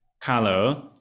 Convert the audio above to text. color